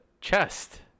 chest